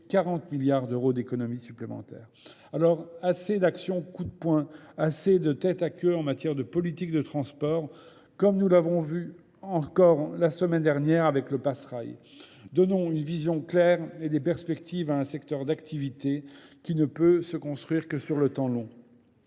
40 milliards d'euros d'économies supplémentaires. Alors, assez d'action coup de poing, assez de tête à queue en matière de politique de transport, comme nous l'avons vu encore la semaine dernière avec le passeraille. Donnons une vision claire et des perspectives à un secteur d'activité qui ne peut se construire que sur le temps long.